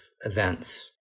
events